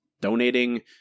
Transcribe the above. donating